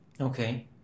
Okay